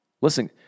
Listen